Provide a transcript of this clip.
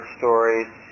stories